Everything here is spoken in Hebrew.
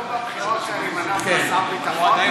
אתה לא יודע שאמרו בבחירות שאני אמנה אותך לשר ביטחון.